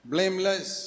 Blameless